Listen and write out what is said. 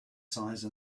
size